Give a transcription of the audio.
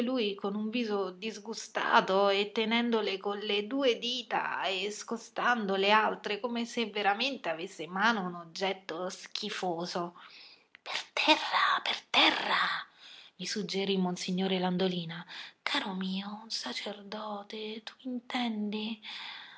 lui con un viso disgustato e tenendole con due dita e scostando le altre come se veramente avesse in mano un oggetto schifoso per terra per terra gli suggerì monsignor landolina caro mio un sacerdote tu intendi